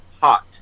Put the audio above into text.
hot